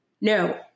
no